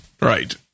right